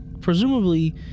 presumably